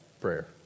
prayer